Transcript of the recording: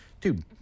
dude